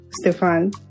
Stefan